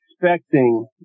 expecting